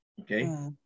Okay